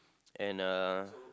and uh